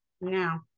Now